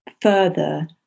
further